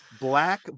black